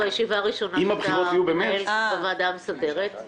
הישיבה הראשונה שאתה מנהל בוועדה המסדרת.